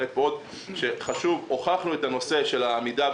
הוכחנו את נושא העמידה,